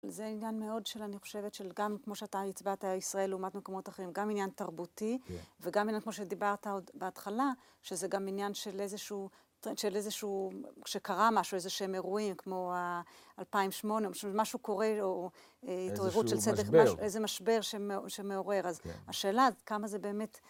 זה עניין מאוד של... אני חושבת, של... גם כמו שאתה הצבעת, ישראל לעומת מקומות אחרים. גם עניין תרבותי, וגם עניין כמו שדיברת עוד בהתחלה, שזה גם עניין של איזשהו... של איזשהו... שקרה משהו, איזה שהם אירועים כמו ה-2008, משהו קורה, או התעוררות של צדק... - איזשהו משבר - איזה משבר שמעורר. אז, השאלה כמה זה באמת ...